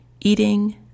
eating